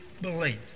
believe